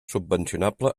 subvencionable